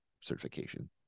certification